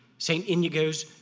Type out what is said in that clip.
st. inigoes,